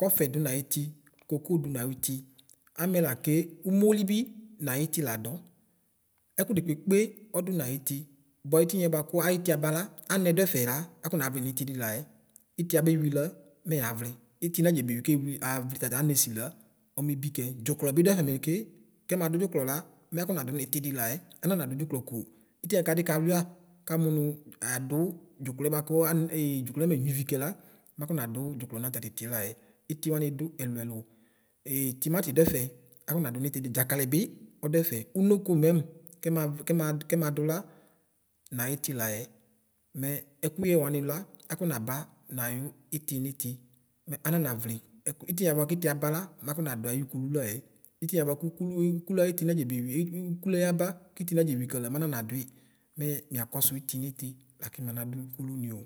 kɔfɛ dʋ nʋ ayiti kokodʋ nʋ ayiti amɛ lake ʋmolibi nʋ ayiti ladʋ ɛkʋdi kpekpe ɔdʋ nʋ ayiti bʋa etinɛ bʋakʋ ayiti abalo anɛ dʋ ɛfɛ la akɔnavli nitidi layɛ itiɛ anewi lamɛ yavli iti nedze bewi kew ʋlila tata amɛ sila mebikɛ dzʋklɔ bi dʋa tamɛke kɛmatʋ dzʋklɔ lamɛ akɔnadʋ niti dili layɛ ananadʋ dzʋklɔ ko itiɛ kadi kadʋia kamʋnʋ adʋ dzɔklɔ bʋakʋ dzɔklɔɛ menyue ivi kɛla makɔnadʋ dzɔklɔ nʋ atatiti layɛ iti wani dʋ ɛlʋ ɛlʋ timeti dʋ ɛfɛ akɔnadʋ dzakalibi ɔdʋɛfɛ ʋnoko mɛm kɛma kɛm kɛmadʋ la ayiti layɛ mɛ ɛtʋyɛ wani la afɔnaba nayi iti niti mɛ ananavli ɛk itiniɛ bʋakʋ iti abala makɔnadʋ ayʋkʋlʋ layɛ iti niɛ bʋakʋ ʋkʋlʋ ʋkʋlʋ ayiti nadzebewi kayi la mananadʋi mɛ miakɔsʋ iti niti laki banadʋ okʋ nioo.